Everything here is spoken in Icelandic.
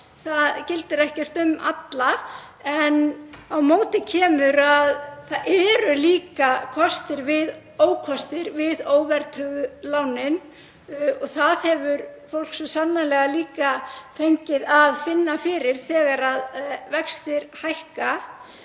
það gildir ekkert um alla. Á móti kemur að það eru líka ókostir við óverðtryggðu lánin. Því hefur fólk svo sannarlega líka fengið að finna fyrir þegar vextir hækka.